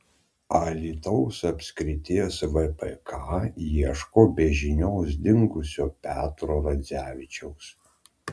alytaus apskrities vpk ieško be žinios dingusio petro radzevičiaus